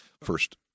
first –